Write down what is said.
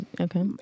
Okay